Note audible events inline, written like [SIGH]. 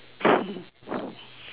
[LAUGHS]